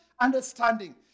understanding